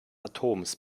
atoms